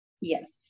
Yes